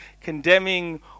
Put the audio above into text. condemning